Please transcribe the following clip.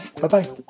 Bye-bye